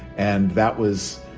and that was,